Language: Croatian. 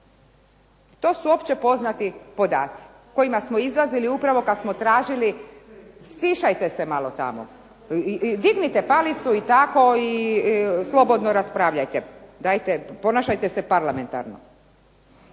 To su opće poznati podaci kojima smo izlazili upravo kad smo tražili … /Upadica se ne razumije./… Stišajte se malo tamo! Dignite palicu i tako slobodno raspravljajte, dajte ponašajte se parlamentarno.